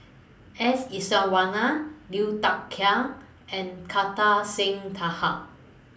S Iswaran Liu Thai Ker and Kartar Singh Thakral